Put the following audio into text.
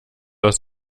aus